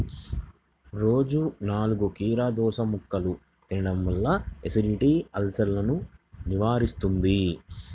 రోజూ నాలుగు కీరదోసముక్కలు తినడం వల్ల ఎసిడిటీ, అల్సర్సను నివారిస్తుంది